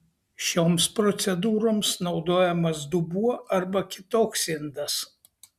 šioms procedūroms naudojamas dubuo arba kitoks indas